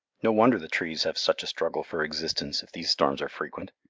no wonder the trees have such a struggle for existence, if these storms are frequent.